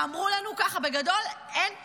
שאמרו לנו בגדול: אין פגרה,